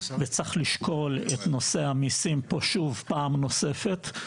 וצריך לשקול את נושא המיסים פה שוב פעם נוספת.